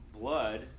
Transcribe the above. blood